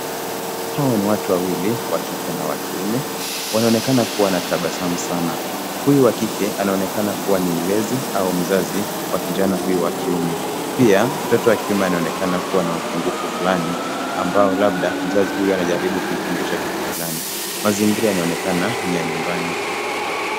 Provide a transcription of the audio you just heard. Hawa ni watu wawili, wa kike, na wa kiume, wanaonekana kuwa na tabasamu sana. Huyu wa kike, anaonekana kuwa ni mlezi, au mzazi, wa kijana huyu wa kiume. Pia, mtoto wa kiume anaonekana kuwa na upungufu fualni, ambao labda, mzazi huyu anajaribu kumfundisha kitu fulani, mazingira yanaonekana, ni ya nyumbani.